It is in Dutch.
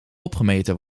opgemeten